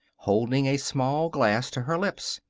holding a small glass to her lips.